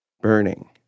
burning